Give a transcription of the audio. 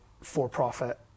for-profit